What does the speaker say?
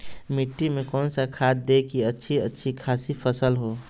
मिट्टी में कौन सा खाद दे की अच्छी अच्छी खासी फसल हो?